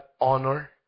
honor